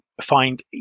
find